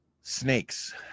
Snakes